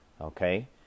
Okay